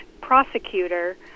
prosecutor